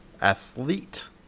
Athlete